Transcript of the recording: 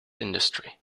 industry